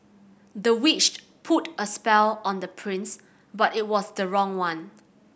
the witch put a spell on the prince but it was the wrong one